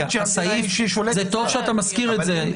זה טוב שאתה מזכיר את זה.